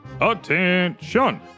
attention